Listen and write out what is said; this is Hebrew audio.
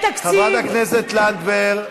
חברת הכנסת לנדבר.